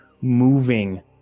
moving